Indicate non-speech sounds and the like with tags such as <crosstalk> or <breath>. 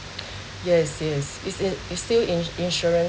<breath> yes it is it is is still in insurances